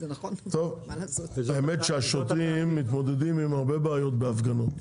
האמת שהשוטרים מתמודדים עם הרבה בעיות בהפגנות,